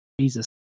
Jesus